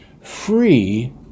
free